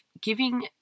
giving –